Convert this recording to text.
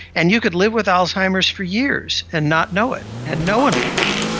and you could live with alzheimer's for years and not know it, and no one would know it.